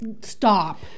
Stop